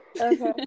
okay